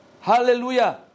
hallelujah